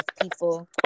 people